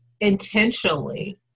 intentionally